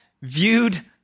Viewed